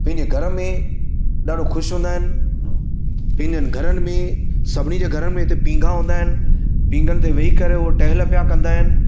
पंहिंजे घर में ॾाढो ख़ुशि हूंदा आहिनि पंहिंजनि घरनि में सभिनी जे घरनि में हिते पींघा हूंदा आहिनि पींघनि ते वेई करे उहा टहेल पिया कंदा आहिनि